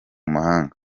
mahanga